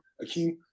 Akeem